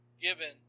given